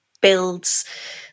builds